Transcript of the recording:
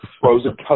frozen